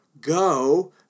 Go